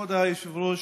כבוד היושב-ראש,